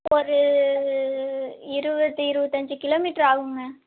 ஒரு இருபது இருபத்தஞ்சி கிலோமீட்ரு ஆகுங்க